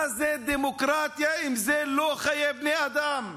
מה זו דמוקרטיה אם לא חיי בני אדם?